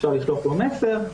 אפשר לשלוח לו מסר.